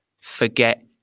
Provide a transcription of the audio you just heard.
forget